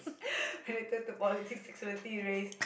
will talk about politic security raise